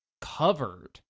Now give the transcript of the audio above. covered